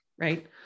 right